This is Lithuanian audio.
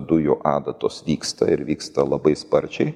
dujų adatos vyksta ir vyksta labai sparčiai